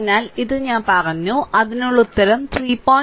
അതിനാൽ ഇത് ഞാൻ പറഞ്ഞു അതിനുള്ള ഉത്തരം 3